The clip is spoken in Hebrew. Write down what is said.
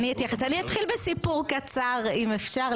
אני אתחיל בסיפור קצר, אם אפשר.